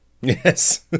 Yes